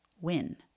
win